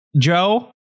Joe